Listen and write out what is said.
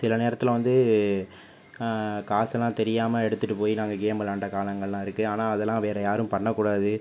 சில நேரத்தில் வந்து காசெல்லாம் தெரியாமல் எடுத்துட்டு போய் நாங்கள் கேம் வெளாண்ட காலங்களெலாம் இருக்குது ஆனால் அதெல்லாம் வேறு யாரும் பண்ணக்கூடாது